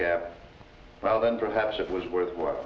cap well then perhaps it was worthwh